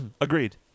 Agreed